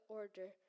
order